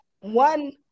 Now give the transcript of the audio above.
one